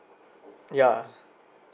ya